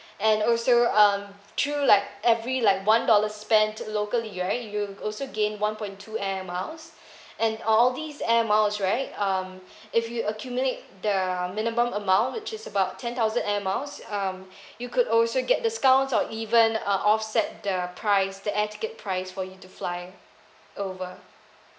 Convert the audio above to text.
and also um through like every like one dollar spent locally right you also gain one point two air miles and all these air miles right um if you accumulate the minimum amount which is about ten thousand air miles um you could also get discounts or even uh offset the price the air ticket price for you to fly over